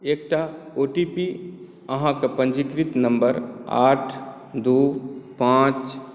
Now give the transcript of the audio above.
एकटा O T P अहाँ के पंजीकृत नंबर आठ दू पांच